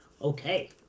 Okay